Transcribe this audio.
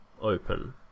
open